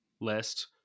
list